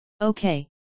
Okay